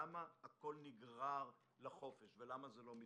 למה הכול נגרר לחופש הגדול ולמה זה לא מתפרס?